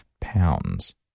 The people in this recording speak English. pounds